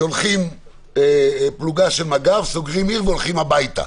שולחים פלוגה של מג"ב, סוגרים עיר והולכים הביתה.